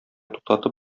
туктатып